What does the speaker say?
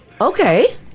Okay